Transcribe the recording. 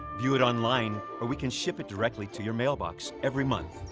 view it online or we can ship it directly to your mailbox every month.